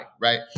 Right